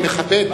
אני מכבד.